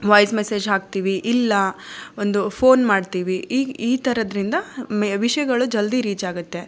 voice message ಹಾಕ್ತೀವಿ ಇಲ್ಲ ಒಂದು ಫೋನ್ ಮಾಡ್ತೀವಿ ಈ ಈ ಥರದ್ರಿಂದ ಮೇ ವಿಷಯಗಳು ಜಲ್ದಿ ರೀಚ್ ಆಗುತ್ತೆ